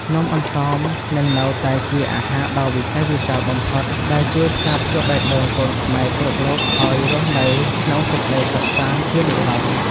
នំអន្សមនឹងនៅតែជាអាហារដ៏វិសេសវិសាលបំផុតដែលជួយផ្សារភ្ជាប់បេះដូងកូនខ្មែរគ្រប់រូបឱ្យរស់នៅក្នុងសេចក្ដីសុខសាន្តជានិរន្តរ៍។